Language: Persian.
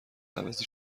عوضی